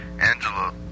Angela